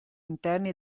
interni